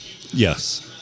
Yes